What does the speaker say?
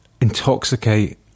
intoxicate